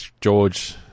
George